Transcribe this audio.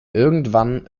irgendwann